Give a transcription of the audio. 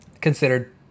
considered